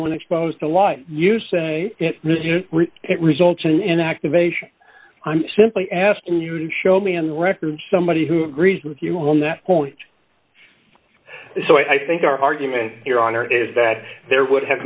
when exposed to light you say it results in an activation i'm simply asking you to show me on the record somebody who agrees with you on that point so i think our argument your honor is that there would have